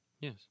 Yes